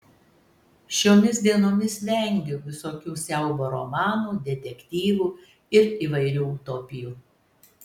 šiomis dienomis vengiu visokių siaubo romanų detektyvų ir įvairių utopijų